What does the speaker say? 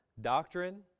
Doctrine